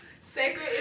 Sacred